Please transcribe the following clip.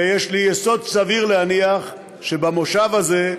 ויש לי יסוד סביר להניח שבמושב הזה,